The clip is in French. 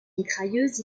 mitrailleuses